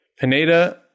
Pineda